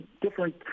different